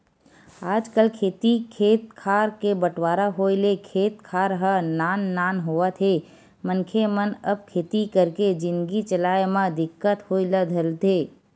आजकल खेती खेत खार के बंटवारा होय ले खेत खार ह नान नान होवत हे मनखे मन अब खेती करके जिनगी चलाय म दिक्कत होय ल धरथे